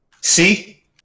See